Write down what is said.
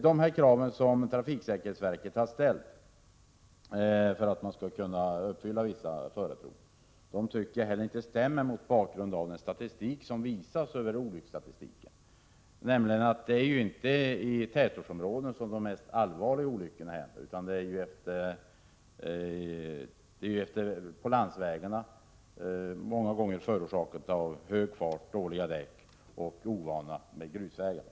De krav som trafiksäkerhetsverket ställt på förarproven överensstämmer inte med olycksstatistiken. Det är ju inte i tätortsområdena som de mest allvarliga olyckorna inträffar, utan de sker på landsvägarna och förorsakas många gånger av för hög fart, dåliga däck och förarnas ovana att köra på grusvägar.